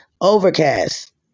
Overcast